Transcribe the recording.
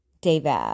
David